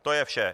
To je vše.